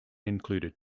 included